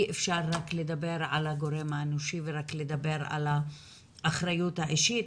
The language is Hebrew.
אי אפשר לדבר רק על הגורם האנושי ורק על האחריות האישית,